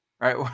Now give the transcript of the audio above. Right